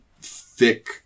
thick